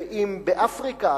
ואם באפריקה,